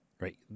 right